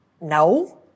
No